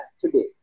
today